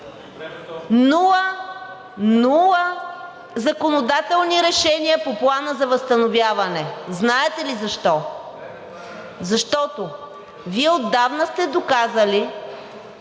законодателни решения по Плана за възстановяване. Знаете ли защо? Защото вие отдавна сте доказали,